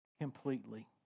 completely